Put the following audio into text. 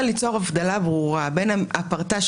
ליצור הבדלה ברורה בין הפרטה,